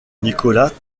nicolas